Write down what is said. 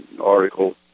article